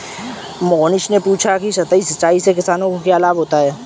मोहनीश ने पूछा कि सतही सिंचाई से किसानों को क्या लाभ होता है?